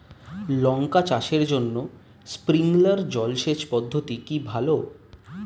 লঙ্কা চাষের জন্য স্প্রিংলার জল সেচ পদ্ধতি কি ভালো?